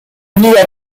vie